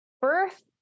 birth